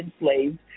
enslaved